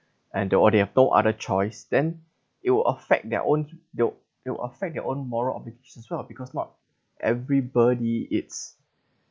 and though they have no other choice then it will affect their own they'll they'll affect their own moral obligation as well because not everybody eats